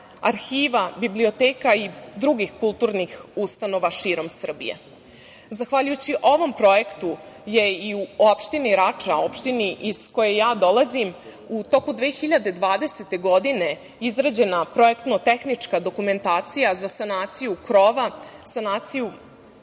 arhiva, biblioteka i drugih kulturnih ustanova širom Srbije. Zahvaljujući ovom projektu je i u opštini Rača, opštini iz koje ja dolazim, u toku 2020. godine izrađena projektno-tehnička dokumentacija za sanaciju krova, sanaciju